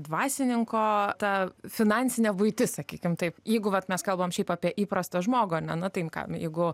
dvasininko ta finansinė buitis sakykim taip jeigu vat mes kalbam šiaip apie įprastą žmogų ar ne nu tai jin ką jeigu